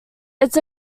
it’s